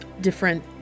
different